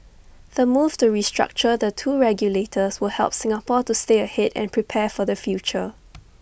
the move to restructure the two regulators will help Singapore to stay ahead and prepare for the future